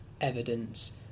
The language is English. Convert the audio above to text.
evidence